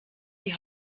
die